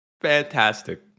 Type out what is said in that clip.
Fantastic